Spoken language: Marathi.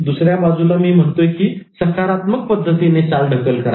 दुसऱ्या बाजूला मी म्हणतोय की सकारात्मक पद्धतीने चालढकल करा